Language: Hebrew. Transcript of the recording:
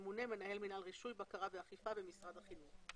מינהל רישוי, בקרה ואכיפה במשרד החינוך.